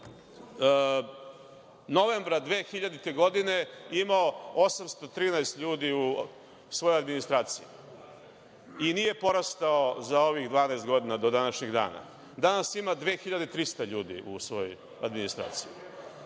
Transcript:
novembra 2000. godine imao 813 ljudi u svojoj administraciji i nije porastao za ovih 12 godina do današnjeg dana. Danas ima 2300 ljudi u svojoj administraciji. Birokratija